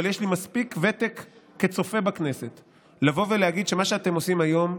אבל יש לי מספיק ותק כצופה בכנסת כדי להגיד שמה שאתם עושים היום,